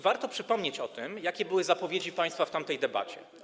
Warto przypomnieć, jakie były zapowiedzi państwa w tamtej debacie.